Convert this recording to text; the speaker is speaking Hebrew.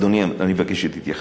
אדוני, אני מבקש את התייחסותך.